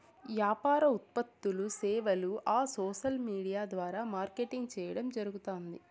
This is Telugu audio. యాపార ఉత్పత్తులూ, సేవలూ ఆ సోసల్ విూడియా ద్వారా మార్కెటింగ్ చేయడం జరగుతాంది